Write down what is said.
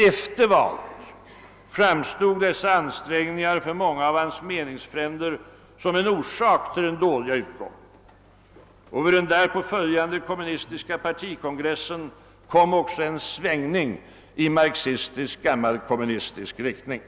Efter valet framstod dessa ansträngningar för många av hans meningsfränder som en orsak till den dåliga utgången, och vid den därpå följande kommunistiska partikongressen kom också en svängning i marxistiskgammalkommunistisk riktning.